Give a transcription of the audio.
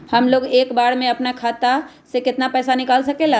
हमलोग एक बार में अपना खाता से केतना पैसा निकाल सकेला?